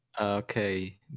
okay